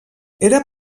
era